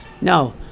No